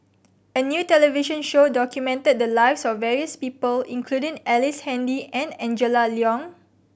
a new television show documented the lives of various people including Ellice Handy and Angela Liong